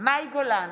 מאי גולן,